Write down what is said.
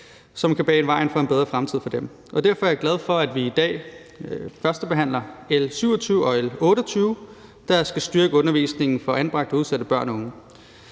som kan bane vejen for en bedre fremtid for dem, og derfor er jeg glad for, at vi i dag førstebehandler L 27 og L 28, der skal styrke undervisningen for anbragte og udsatte børn og unge.